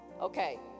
okay